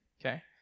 okay